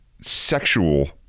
sexual